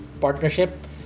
partnership